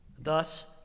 Thus